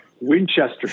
Winchester